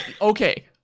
okay